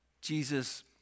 Jesus